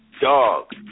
dog